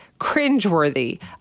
cringeworthy